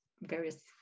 various